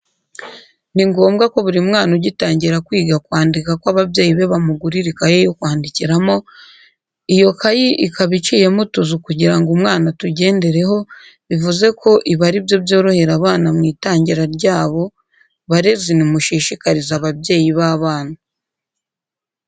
Ni ngombwa ko buri mwana ugitangira kwiga kwandika ko ababyeyi be bamugurira ikayi yo kwandikiramo, iyo kayi ikaba iciyemo utuzu kugira ngo umwana atugendereho, bivuze ko ibi ari byo byorohera abana mu itangira ryabo, barezi nimushishikarize ababyeyi b'abana.